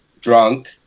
drunk